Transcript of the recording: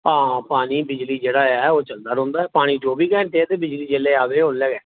हां पानी बिजली जेह्ड़ा ऐ ओह् चलदा रौंह्दा ऐ पानी चौबी घैंटे ते बिजली जेल्लै आवै औल्लै गै